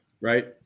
right